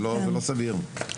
זה לא סביר.